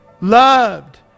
loved